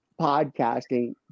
podcasting